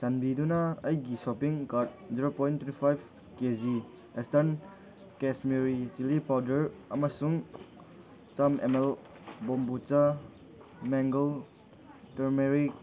ꯆꯥꯟꯕꯤꯗꯨꯅ ꯑꯩꯒꯤ shopping cart zero point two five K G Eastern Kashmiri chilli powder ꯑꯃꯁꯨꯡ ꯆꯝ ꯑꯦꯝ ꯃꯦꯜ ꯕꯣꯝꯕꯨꯆꯥ ꯃꯦꯡꯒꯜ ꯇꯔꯃꯦꯔꯤꯛ